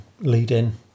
lead-in